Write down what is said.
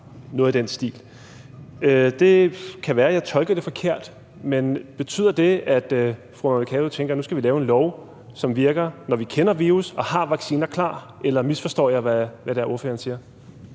noget i den stil. Det kan være, at jeg tolker det forkert, men betyder det, at fru Mai Mercado tænker, at nu skal vi lave en lov, som virker, når vi kender virus og har vacciner klar, eller misforstår jeg, hvad ordføreren siger?